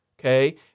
okay